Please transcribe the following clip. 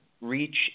reach